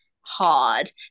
hard